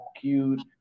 cute